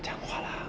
讲话啦